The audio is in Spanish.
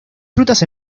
frutas